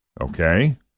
Okay